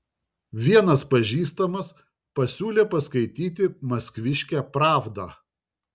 vienas pažįstamas pasiūlė paskaityti maskviškę pravdą